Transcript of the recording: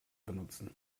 benutzen